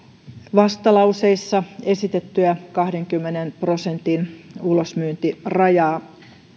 vastalauseissa esitettyä kahdenkymmenen prosentin ulosmyyntirajaa